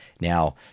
now